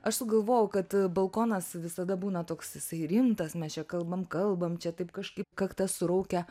aš sugalvojau kad balkonas visada būna toks jisai rimtas mes čia kalbam kalbam čia taip kažkaip kaktas suraukę